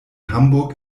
hamburg